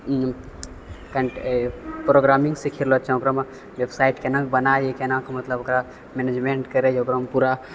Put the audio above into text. programming सिखैलऽ छै ओकरामे वेबसाइट कोना बनाइ कोनाके मतलब ओकरा मैनेजमेन्ट करै ओकरामे पूरा